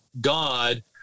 God